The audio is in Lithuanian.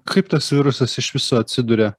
kaip tas virusas iš viso atsiduria